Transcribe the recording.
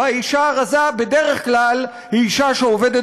והאישה הרזה בדרך כלל היא אישה שעובדת